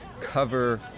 cover